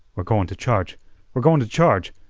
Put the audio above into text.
we're goin' t' charge we're goin' t' charge!